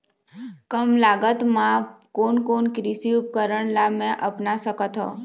कम लागत मा कोन कोन कृषि उपकरण ला मैं अपना सकथो?